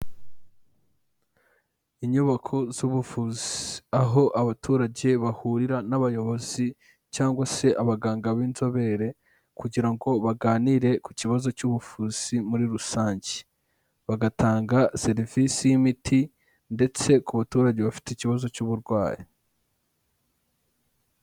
Inyubako z'ubuvuzi aho abaturage bahurira n'abayobozi cyangwa se abaganga b'inzobere kugira ngo baganire ku kibazo cy'ubuvuzi muri rusange. Bagatanga serivisi y'imiti ndetse ku baturage bafite ikibazo cy'uburwayi.